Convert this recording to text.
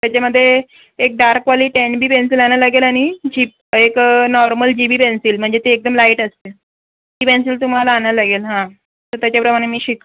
त्याच्यामध्ये एक डार्कवाली टेन बी पेन्सिल आणायला लागेल आणि जी ब एक नॉर्मल जी बी पेन्सिल म्हणजे ती एकदम लाइट असते ती पेन्सिल तुम्हाला आणायला लागेल हां तर त्याच्याप्रमाणे मी शिक्